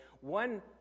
one